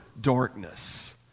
darkness